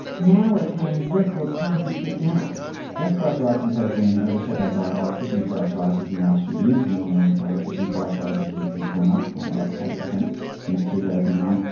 now we're paying record prices for gas. gas price rises have been overshadowed by electricity price rises in the last few years. we all know electricity price rises have have gone up by about eighty percent since two thousand and nine.